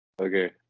Okay